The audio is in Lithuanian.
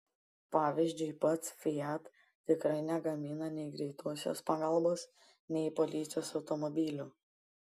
pavyzdžiui pats fiat tikrai negamina nei greitosios pagalbos nei policijos automobilių